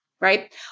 right